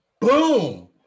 boom